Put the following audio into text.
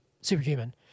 superhuman